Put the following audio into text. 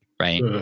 right